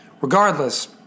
Regardless